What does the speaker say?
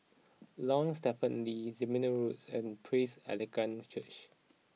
Lorong Stephen Lee Zehnder Road and Praise Evangelical Church